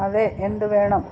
അതെ എന്തുവേണം